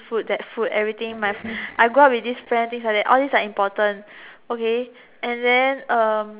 food that food everything must I go out with this friend things like that all these are important okay and then um